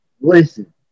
Listen